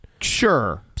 sure